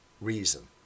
reason